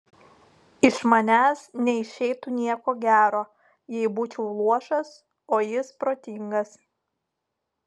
iš manęs neišeitų nieko gero jei būčiau luošas o jis protingas